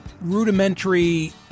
rudimentary